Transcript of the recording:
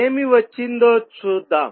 ఏమి వచ్చిందో చూద్దాం